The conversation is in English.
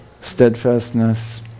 steadfastness